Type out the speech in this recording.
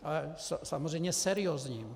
Ale samozřejmě seriózní.